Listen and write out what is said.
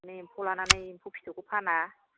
बिदिनो एम्फौ लानानै एम्फौ फिथोबखौ फाना